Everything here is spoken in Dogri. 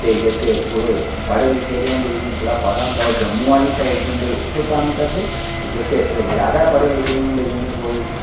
ते जेह्के थोह्ड़े पढ़े लिखे दे होंदे जिनेंई थोह्ड़ा पता होंदा जम्मू आहली साइड जंदे ओह् उत्थै कम्म करदे जेह्के थोह्ड़े जादा पढ़े लिखे दे होंदे जियां कोई